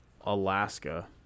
Alaska